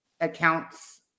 accounts